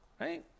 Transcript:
right